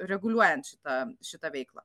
reguliuojant šitą šitą veiklą